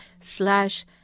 slash